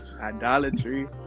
idolatry